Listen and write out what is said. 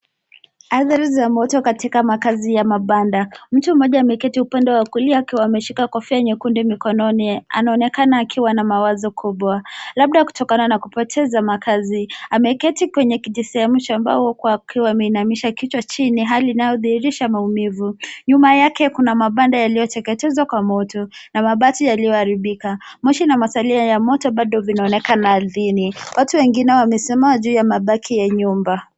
The effects of fire in the huts. One person is sitting on the right, holding a red hat. He seems to be in deep thought ,perhaps due to the loss of his home. He is sitting on a small wooden platform with his head bowed , a state which shows pain. Behind him, there are huts that have been burned by fire and damaged metal sheets. Smoke and the remains of the fire are still visible. Other people have spoken are standing on the remains of houses.